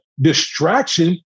distraction